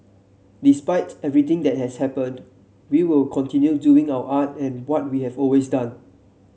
despite everything that has happened we will continue doing our art and what we have always done